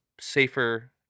safer